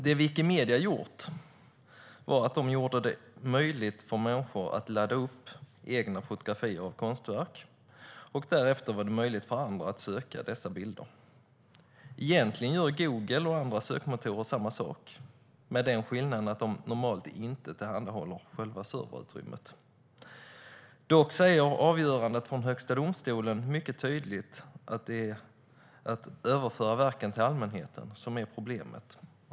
Det Wikimedia har gjort var att göra möjligt för människor att ladda upp egna fotografier av konstverk, och därefter var det möjligt för andra att söka dessa bilder. Egentligen gör Google och alla andra sökmotorer samma sak med den skillnaden att de normalt inte tillhandahåller själva serverutrymmet. Dock sägs det i avgörandet från Högsta domstolen mycket tydligt att det är att överföra verken till allmänheten som är problemet.